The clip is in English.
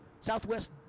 Southwest